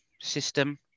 system